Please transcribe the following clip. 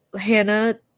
Hannah